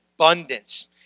Abundance